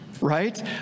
Right